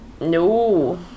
No